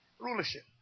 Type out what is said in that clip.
rulership